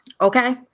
Okay